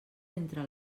entre